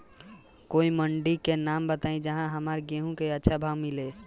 कोई मंडी के नाम बताई जहां हमरा गेहूं के अच्छा भाव मिले?